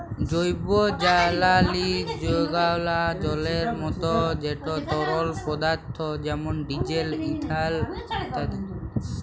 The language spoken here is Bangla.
জৈবজালালী যেগলা জলের মত যেট তরল পদাথ্থ যেমল ডিজেল, ইথালল ইত্যাদি